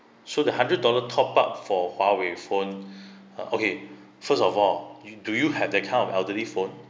so the hundred dollar top up for huawei phone okay first of all you do you have that kind of elderly phone